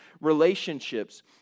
relationships